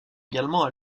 également